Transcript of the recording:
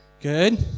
Good